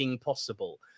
possible